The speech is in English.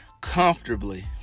comfortably